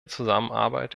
zusammenarbeit